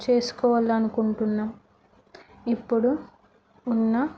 చేసుకోవాలి అనుకుంటున్నాను ఇప్పుడు ఉన్న